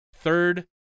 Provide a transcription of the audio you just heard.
third